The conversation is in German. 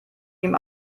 dem